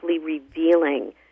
revealing